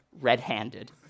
red-handed